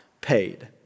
paid